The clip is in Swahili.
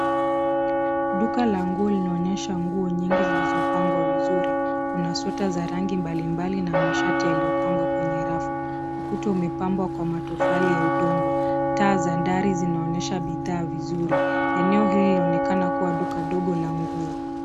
Duka la nguo linaonyesha nguo nyingi zilizopangwa vizuri. Kuna sweta za rangi mbalimbali na mashati yaliyopangwa kwenye rafu. Ukuta umepangwa kwa matofali ya udongo. Taa za dari zinaonyesha bidhaa vizuri. Eneo hili linaonyesha duka dogo la nguo.